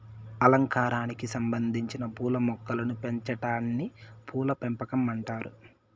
అలంకారానికి సంబందించిన పూల మొక్కలను పెంచాటాన్ని పూల పెంపకం అంటారు